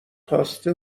خواسته